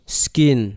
skin